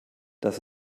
dass